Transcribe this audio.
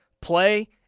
play